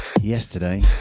yesterday